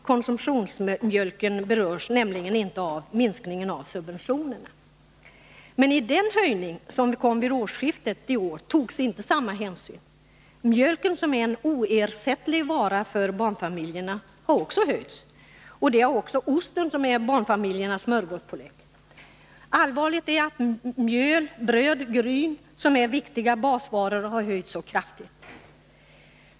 Konsumtionsmjölken berörs nämligen inte av minskningen av subventionerna. Men i den höjning som kom vid årsskiftet i år togs inte samma hänsyn. Priset på mjölken, som är en oersättlig vara för barnfamiljerna, har också höjts, liksom priset på osten, som är barnfamiljernas smörgåspålägg. Allvarligt är att priset på mjöl, bröd och gryn, som är viktiga basvaror, har höjts så kraftigt.